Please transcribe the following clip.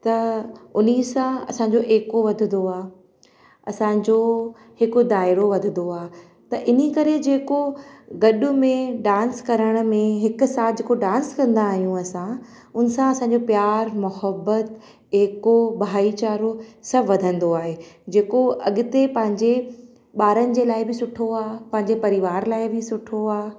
त उन सां असांजो एको वधंदो आहे असांजो हिकु दाइरो वधंदो आहे त इन करे जेको गॾ में डांस करण में हिकु साथ जेको डांस कंदा आयूं असां उन सां असांजो प्यारु मुहिबत एको भाई चारो सभु वधंदो आहे जेको अॻिते पंहिंजे ॿारनि जे लाइ बि सुठो आहे पंहिंजे परिवार लाइ बि सुठो आहे